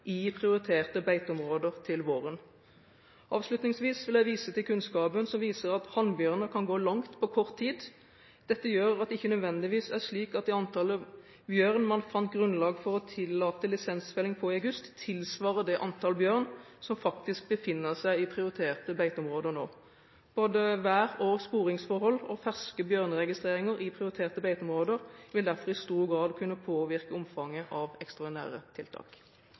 i prioriterte beiteområder til våren. Avslutningsvis vil jeg vise til kunnskapen som viser at hannbjørner kan gå langt på kort tid. Dette gjør at det ikke nødvendigvis er slik at det antallet bjørn man fant grunnlag for å tillate lisensfelling på i august, tilsvarer det antall bjørn som faktisk befinner seg i prioriterte beiteområder nå. Både vær- og sporingsforhold og ferske bjørneregistreringer i prioriterte beiteområder vil derfor i stor grad kunne påvirke omfanget av ekstraordinære